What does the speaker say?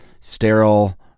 sterile